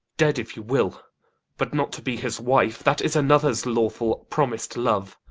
dead, if you will but not to be his wife, that is another's lawful promis'd love.